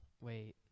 wait